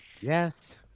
Yes